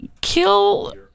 kill